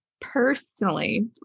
Personally